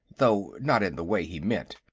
though not in the way he meant.